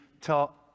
tell